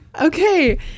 Okay